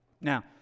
Now